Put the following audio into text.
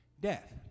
death